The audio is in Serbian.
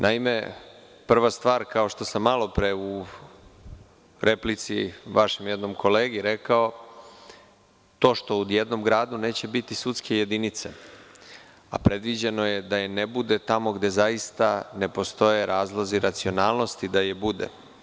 Naime, prva stvar, kao što sam malo pre u replici vašem jednom kolegi rekao, to što u jednom gradu neće biti sudske jedinice, a predviđeno je da je ne bude tamo gde zaista ne postoje razlozi racionalnosti da ih bude.